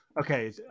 okay